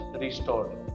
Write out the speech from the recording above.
restored